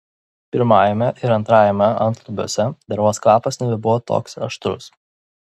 pirmajame ir antrajame antlubiuose dervos kvapas nebebuvo toks aštrus